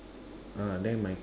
ah then my